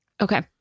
Okay